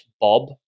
Bob